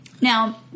Now